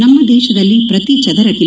ನಮ್ಮ ದೇಶದಲ್ಲಿ ಪ್ರತಿ ಚದರ ಕಿ